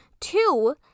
Two